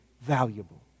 valuable